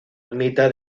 ermita